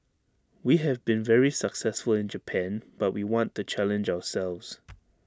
we have been very successful in Japan but we want to challenge ourselves